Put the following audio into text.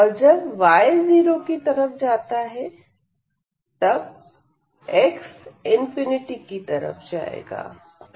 और जब y →0 जाएगा तब x →∞ जाता है